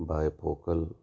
bifocal